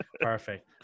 Perfect